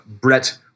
Brett